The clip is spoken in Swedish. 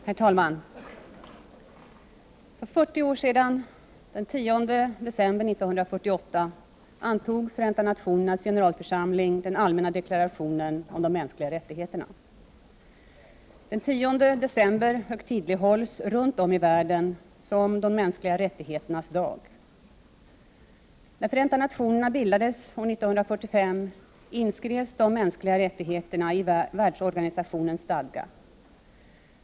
Herr talman! För 40 år sedan — den 10 december 1948 — antog Förenta nationernas generalförsamling den allmänna deklarationen om de mänskliga rättigheterna. Den 10 december högtidlighålls runt om i världen som de mänskliga rättigheternas dag. När Förenta nationerna bildades år 1945, inskrevs de mänskliga rättigheterna i världsorganisationens stadga.